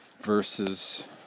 versus